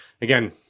again